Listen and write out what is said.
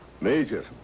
Major